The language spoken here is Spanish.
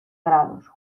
grados